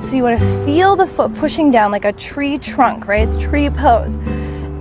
so you want to feel the foot pushing down like a tree trunk, right? it's tree pose